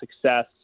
success